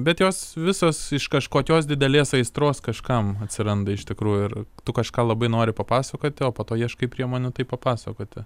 bet jos visos iš kažkokios didelės aistros kažkam atsiranda iš tikrųjų ir tu kažką labai nori papasakoti o po to ieškai priemonių tai papasakoti